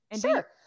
Sure